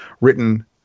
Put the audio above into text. written